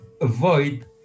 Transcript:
avoid